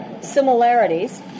similarities